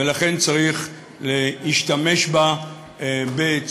ולכן צריך להשתמש בה בצמצום,